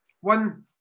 one